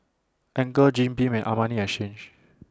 Anchor Jim Beam and Armani Exchange